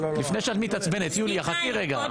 לפני שאת מתעצבנת, יוליה, חכי רגע.